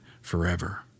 forever